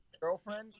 Girlfriend